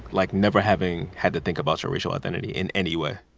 like, never having had to think about your racial identity in any way